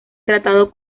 tratado